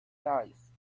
size